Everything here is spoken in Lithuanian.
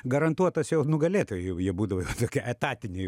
garantuotas jau nugalėtojai jau jie būdavo tokie etatiniai jau